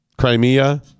Crimea